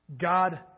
God